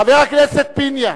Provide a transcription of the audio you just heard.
חבר הכנסת פיניאן,